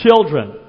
children